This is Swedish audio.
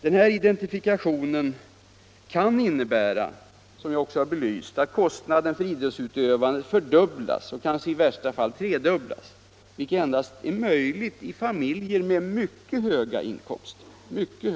Denna identifikation kan innebära — som jag också har belyst —- att kostnaden för idrottsutövandet fördubblas och kanske i värsta fall tredubblas, vilket endast är möjligt i familjer med mycket höga inkomster.